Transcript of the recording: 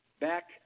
back